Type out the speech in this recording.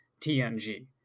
TNG